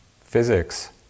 physics